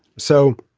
so